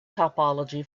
topology